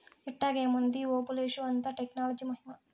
ఎట్టాగేముంది ఓబులేషు, అంతా టెక్నాలజీ మహిమా